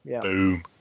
Boom